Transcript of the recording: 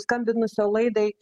skambinusio laidai